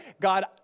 God